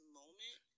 moment